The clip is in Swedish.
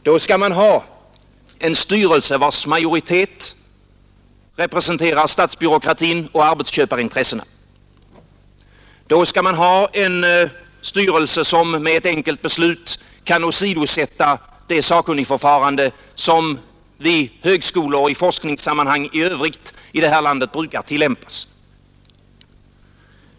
Då skall man ha en styrelse, vars majoritet representerar statsbyråkratin och arbetsköparintressena, en styrelse som med ett enkelt beslut kan åsidosätta det sakkunnigförfarande som vid högskolor och i forskningssammanhang i övrigt brukar tillämpas i detta land.